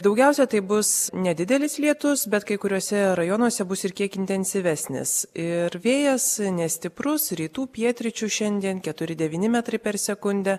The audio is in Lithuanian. daugiausia tai bus nedidelis lietus bet kai kuriuose rajonuose bus ir kiek intensyvesnis ir vėjas nestiprus rytų pietryčių šiandien keturi devyni metrai per sekundę